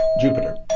Jupiter